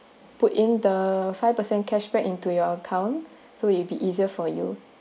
put in the five percent cashback into your account so it'll be easier for you